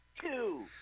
two